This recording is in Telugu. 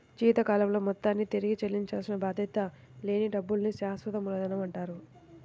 జీవితకాలంలో మొత్తాన్ని తిరిగి చెల్లించాల్సిన బాధ్యత లేని డబ్బుల్ని శాశ్వత మూలధనమంటారు